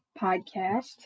podcast